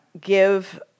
give